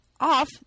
off